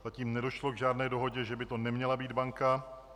Zatím nedošlo k žádné dohodě, že by to neměla být banka.